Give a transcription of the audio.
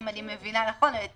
אם אני מבינה נכון, את